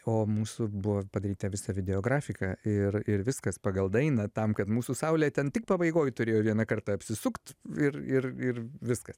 o mūsų buvo padaryta visa videografika ir ir viskas pagal dainą tam kad mūsų saulė ten tik pabaigoj turėjo vieną kartą apsisukt ir ir ir viskas